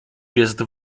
jest